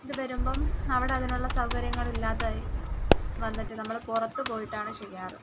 ഇതു വരുമ്പം അവിടെ അതിനുള്ള സൗകര്യങ്ങൾ ഇല്ലാതെ വന്നിട്ട് നമ്മൾ പുറത്ത് പോയിട്ടാണ് ചെയ്യാറ്